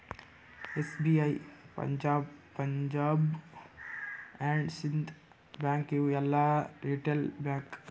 SBI, Punjab, Punjab and Sind bank ಇವು ಎಲ್ಲಾ retail bank